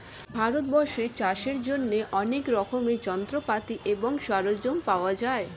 ভারতবর্ষে চাষের জন্য অনেক রকমের যন্ত্রপাতি এবং সরঞ্জাম পাওয়া যায়